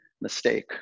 mistake